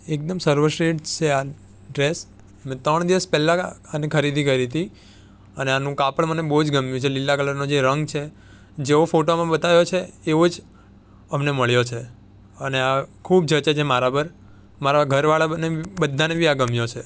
એકદમ સર્વશ્રેષ્ઠ સે આ ડ્રેસ ને ત્રણ દિવસ પહેલાં આ આની ખરીદી કરી હતી અને આનું કાપડ મને બહુ જ ગમ્યું છે લીલા કલરનો જે રંગ છે જેવો ફોટામાં બતાયો છે એવો જ અમને મળ્યો છે અને આ ખૂબ જચે છે મારા પર મારા ઘરવાળા બધાને બી આ ગમ્યો છે